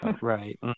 Right